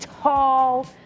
tall